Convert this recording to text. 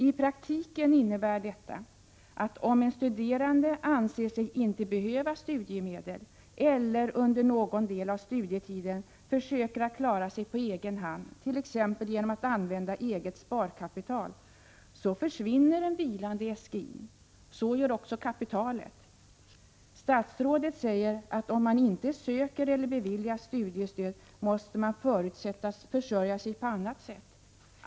I praktiken innebär detta att om en studerande anser sig inte behöva studiemedel eller under någon del av studietiden försöker att klara sig på egen hand, t.ex. genom att använda eget sparkapital, försvinner den vilande sjukpenninggrundande inkomsten. Så gör också kapitalet. Statsrådet säger att om man inte söker eller beviljas studiestöd, måste man förutsättas försörja sig på annat sätt.